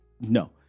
no